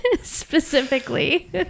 specifically